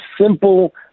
simple